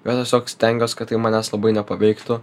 nu tiesiog stengiuos kad tai manęs labai nepaveiktų